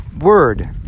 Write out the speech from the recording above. word